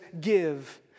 Give